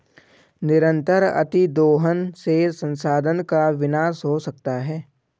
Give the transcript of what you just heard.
निरंतर अतिदोहन से संसाधन का विनाश हो सकता है